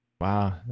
wow